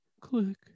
click